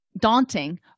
daunting